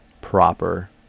proper